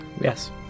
yes